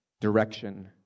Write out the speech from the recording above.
direction